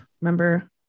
remember